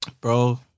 Bro